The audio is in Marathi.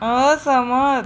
असहमत